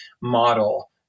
model